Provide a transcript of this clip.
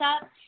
up